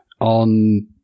on